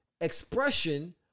expression